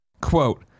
quote